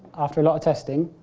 after a lot of testing,